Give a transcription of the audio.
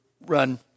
run